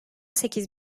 sekiz